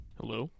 hello